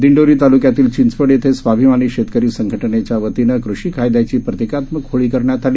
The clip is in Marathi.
दिंडोरीताल्क्यातीलचिंचवड इथंस्वाभिमानीशेतकरीसंघटनेच्यावतीनंकृषीकायद्याचीप्रतिकात्मकहोळीकरण्यातआली